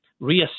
reassess